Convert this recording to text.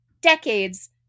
decades